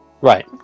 Right